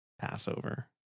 Passover